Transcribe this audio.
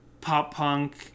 pop-punk